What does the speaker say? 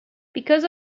because